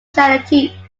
charity